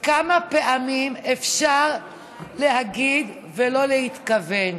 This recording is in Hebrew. כמה פעמים אפשר להגיד ולא להתכוון?